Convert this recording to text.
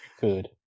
good